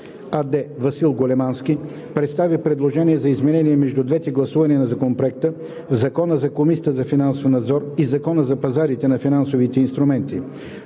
АД Васил Големански представи предложение за изменение между двете гласувания на Законопроекта в Закона за Комисията за финансов надзор и Закона за пазарите на финансовите инструменти.